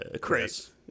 Chris